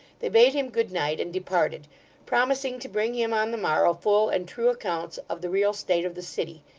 they bade him good night and departed promising to bring him on the morrow full and true accounts of the real state of the city,